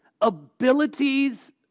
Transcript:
abilities